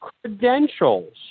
credentials